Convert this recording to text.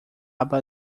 aba